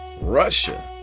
Russia